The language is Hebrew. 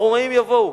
הרומאים יבואו.